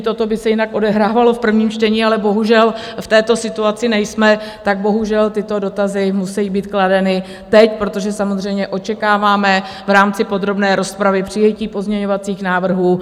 Toto by se jinak odehrávalo v prvním čtení, ale bohužel v této situaci nejsme, tak bohužel tyto dotazy musí být kladeny teď, protože samozřejmě očekáváme v rámci podrobné rozpravy přijetí pozměňovacích návrhů.